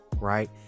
Right